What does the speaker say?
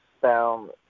found